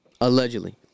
Allegedly